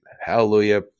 Hallelujah